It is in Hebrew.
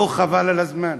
לא חבל על הזמן?